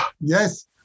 Yes